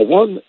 one